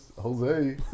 Jose